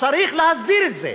צריך להסדיר את זה.